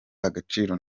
agaciro